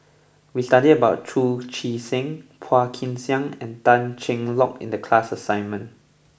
we studied about Chu Chee Seng Phua Kin Siang and Tan Cheng Lock in the class assignment